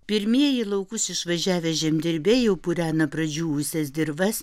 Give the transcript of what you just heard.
pirmieji į laukus išvažiavę žemdirbiai jau purena pradžiūvusias dirvas